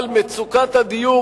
אבל מצוקת הדיור,